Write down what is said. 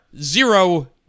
Zero